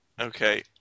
Okay